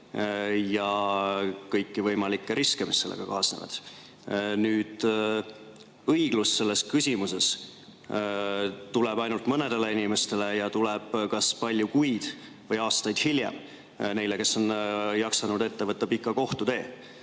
ja kõiki võimalikke riske, mis sellega kaasnevad. Õiglus selles küsimuses tuleb ainult mõnedele inimestele ja tuleb palju kuid või aastaid hiljem neile, kes on jaksanud ette võtta pika kohtutee.